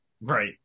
right